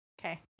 Okay